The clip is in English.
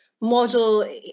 model